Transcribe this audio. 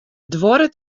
duorret